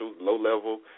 low-level